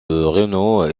renault